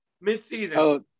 mid-season